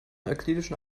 euklidischen